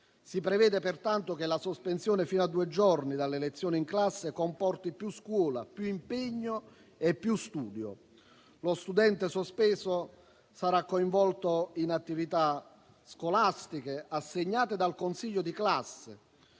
Si prevede pertanto che la sospensione fino a due giorni dalle lezioni in classe comporti più scuola, più impegno e più studio. Lo studente sospeso sarà coinvolto in attività scolastiche assegnate dal consiglio di classe,